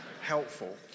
helpful